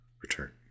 return